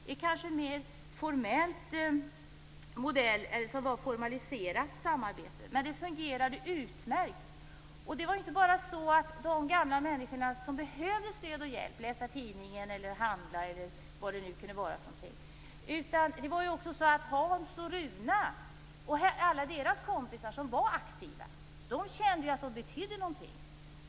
Det är en modell med ett mer formaliserat samarbete, men det fungerade utmärkt. Det var inte bara så att gamla människor fick stöd hjälp med att läsa tidningen, handla eller vad det nu kunde vara, utan Hans och Runa och alla deras aktiva kamrater kände också att de betydde någonting.